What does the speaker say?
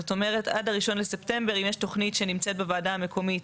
זאת אומרת עד ה-1 לספטמבר אם יש תוכנית שנמצאת בוועדה המקומית